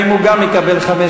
האם גם הוא יקבל 15,